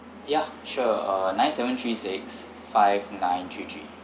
yeah sure uh nine seven three six five nine three three